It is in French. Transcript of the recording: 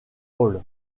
hall